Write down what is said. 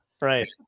Right